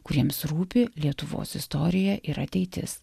kuriems rūpi lietuvos istorija ir ateitis